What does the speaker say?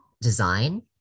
design